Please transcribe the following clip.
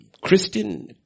Christian